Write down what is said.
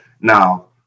Now